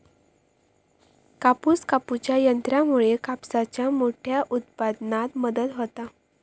कापूस कापूच्या यंत्रामुळे कापसाच्या मोठ्या उत्पादनात मदत होता